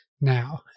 now